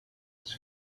was